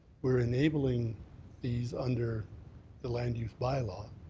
we're enabling these under the land use bylaw